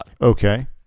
Okay